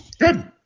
Good